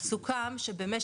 (תיקון מס'